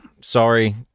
sorry